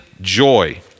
joy